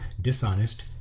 dishonest